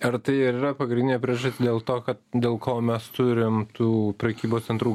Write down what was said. ar tai ir yra pagrindinė priežastis dėl to kad dėl ko mes turim tų prekybos centrų